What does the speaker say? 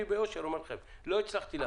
אני אומר לכם שלא הצלחתי להכריע.